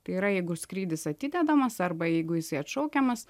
tai yra jeigu skrydis atidedamas arba jeigu jisai atšaukiamas